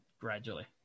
gradually